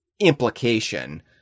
Implication